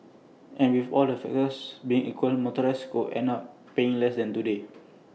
and with all the factors being equal motorists could end up paying less than today